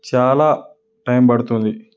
చాలా టైం పడుతుంది